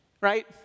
right